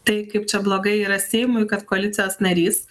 tai kaip čia blogai yra seimui kad koalicijos narys